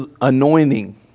anointing